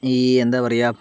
ഈ എന്താ പറയുക